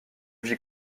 vis